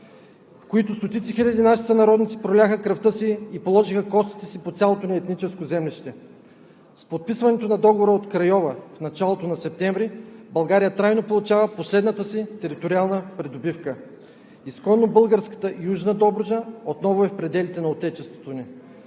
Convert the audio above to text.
в които стотици хиляди наши сънародници проляха кръвта си и положиха костите си по цялото ни етническо землище. С подписването на Договора от Крайова в началото на септември България трайно получава последната си териториална придобивка. Изконно българската Южна Добруджа отново е в пределите на Отечеството ни.